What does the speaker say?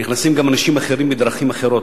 נכנסים גם אנשים אחרים בדרכים אחרות.